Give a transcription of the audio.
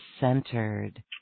centered